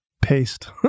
paste